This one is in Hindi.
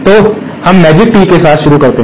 तो हम मैजिक टी के साथ शुरू करते हैं